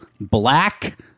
Black